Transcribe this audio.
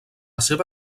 seva